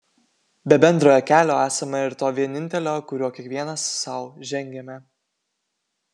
be bendrojo kelio esama ir to vienintelio kuriuo kiekvienas sau žengiame